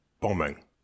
bombing